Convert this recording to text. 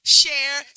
share